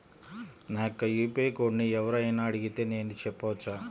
నా యొక్క యూ.పీ.ఐ కోడ్ని ఎవరు అయినా అడిగితే నేను చెప్పవచ్చా?